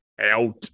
out